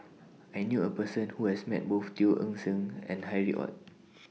I knew A Person Who has Met Both Teo Eng Seng and Harry ORD